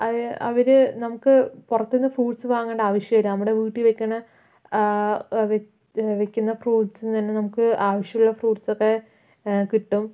അവ അവര് നമുക്ക് പുറത്തുന്ന് ഫ്രൂട്ട്സ് വാങ്ങേണ്ട ആവശ്യല്ല നമ്മുടെ വീട്ടിലേക്ക് തന്നെ വെക്കുന്ന ഫ്രൂട്ട്സ്ന്ന് തന്നെ നമുക്ക് ആവശ്യമുള്ള ഫ്രൂസൊക്കെ കിട്ടും